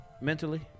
mentally